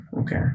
Okay